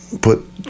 put